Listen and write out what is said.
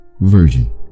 Virgin